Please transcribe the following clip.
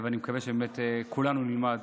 אני מקווה שכולנו נלמד